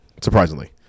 surprisingly